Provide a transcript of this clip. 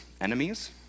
enemies